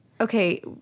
Okay